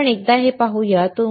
तर आपण हे पाहूया